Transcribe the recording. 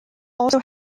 also